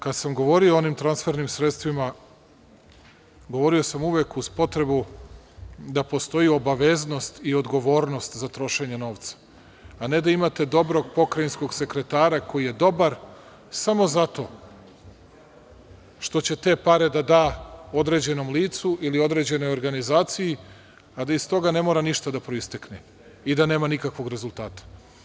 Kada sam govorio o onim transfernim sredstvima, govorio sam uvek uz potrebu da postoje obaveznost i odgovornost za trošenje novca, a ne da imate dobrog pokrajinskog sekretara koji je dobar samo zato što će te pare da određenom licu ili određenoj organizaciji, a da iz toga ne mora ništa da proistekne i da nema nikakvog rezultata.